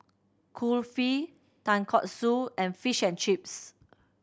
Kulfi Tonkatsu and Fish and Chips